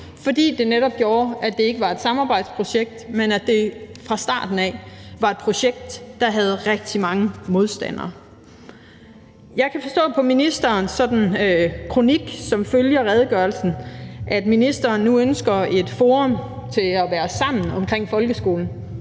fordi det netop gjorde, at det ikke var et samarbejdsprojekt, men fra starten af var et projekt, der havde rigtig mange modstandere. Kl. 14:41 Jeg kan forstå på ministerens kronik, som følger redegørelsen, at ministeren nu ønsker et forum til at være sammen om folkeskolen.